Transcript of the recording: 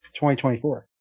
2024